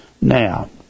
Now